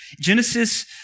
Genesis